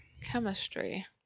Chemistry